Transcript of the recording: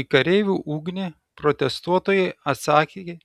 į kareivių ugnį protestuotojai atsakė